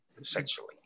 essentially